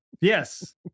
Yes